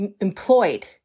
employed